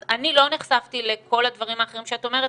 אז אני לא נחשפתי לכל הדברים האחרים שאת אומרת